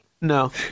No